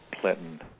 Clinton